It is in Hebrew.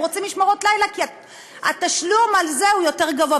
הם רוצים משמרות לילה כי התשלום על זה הוא יותר גבוה.